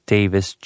Davis